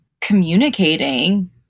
communicating